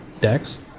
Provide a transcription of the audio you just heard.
decks